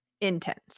intense